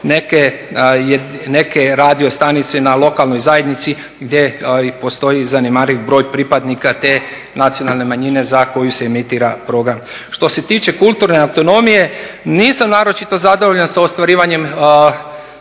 neke radiostanice na lokalnoj zajednici gdje postoji zanemariv broj pripadnika te nacionalne manjine za koju se emitira program. Što se tiče kulturne autonomije nisam naročito zadovoljan sa ostvarivanjem